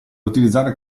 utilizzare